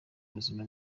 ubuzima